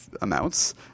amounts